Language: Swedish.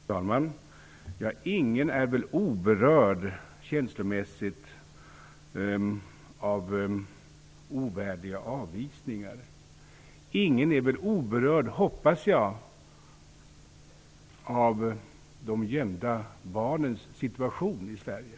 Fru talman! Ingen är väl oberörd känslomässigt av ovärdiga avvisningar. Jag hoppas att ingen är oberörd av de gömda barnens situation i Sverige.